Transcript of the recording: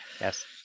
Yes